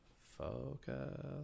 Focus